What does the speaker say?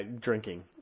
drinking